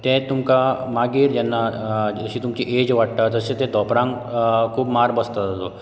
तें तुमकां मागीर जेन्ना जशीं तुमचीं एज वाडटा तशें तें धोपरांक खूब मार बसतां ताजो